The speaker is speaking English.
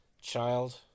Child